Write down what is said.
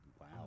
Wow